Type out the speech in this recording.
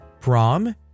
Prom